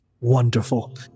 Wonderful